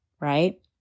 right